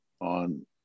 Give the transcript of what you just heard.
on